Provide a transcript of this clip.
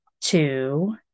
two